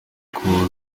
kubaho